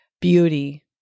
beauty